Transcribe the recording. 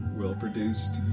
well-produced